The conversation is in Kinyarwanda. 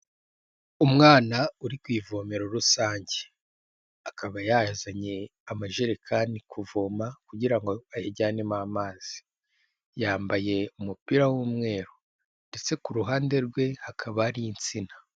Umwana uri ku ivomero rusange, akaba yazanye amajerekani kuvoma kugira ngo ayajyanemo amazi, yambaye umupira w'umweru ndetse ku ruhande rwe hakaba hari insina.